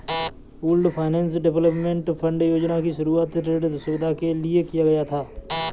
pooled finance development fund योजना की शुरूआत ऋण सुविधा के लिए किया गया है